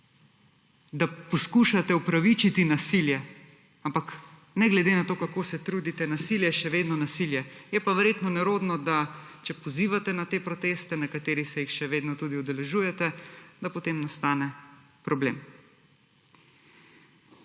da poskušate upravičiti nasilje, ampak ne glede na to, kako se trudite, nasilje je še vedno nasilje. Je pa verjetno nerodno, da če pozivate na te proteste, nekateri se jih še vedno tudi udeležujete, da potem nastane problem.